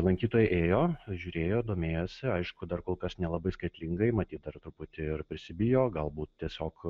lankytojai ėjo žiūrėjo domėjosi aišku dar kol kas nelabai skaitlingai matyt dar truputį ir prisibijo galbūt tiesiog